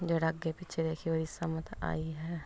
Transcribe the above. ਜਿਹੜਾ ਅੱਗੇ ਪਿੱਛੇ ਦੇਖੇ ਉਹਦੀ ਸ਼ਾਮਤ ਆਈ ਹੈ